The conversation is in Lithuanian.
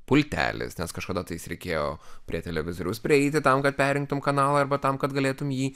pultelis nes kažkada tais reikėjo prie televizoriaus prieiti tam kad perjungtum kanalą arba tam kad galėtum jį